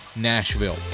Nashville